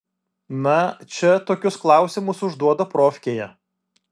na čia tokius klausimus užduoda profkėje